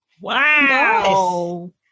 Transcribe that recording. wow